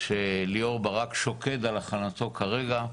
שליאור ברק שוקד על הכנתו כרגע.